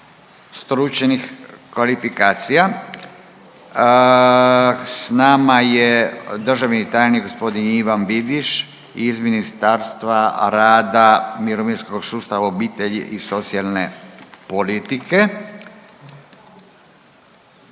stručnih kvalifikacija. S nama je državni tajnik gospodin Ivan Vidiš iz Ministarstva rada, mirovinskog sustava, obitelji i socijalne politike.